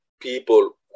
people